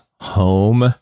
home